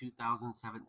2017